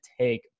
take